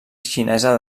xinesa